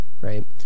right